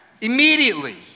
Immediately